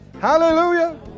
hallelujah